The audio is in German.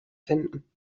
finden